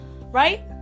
right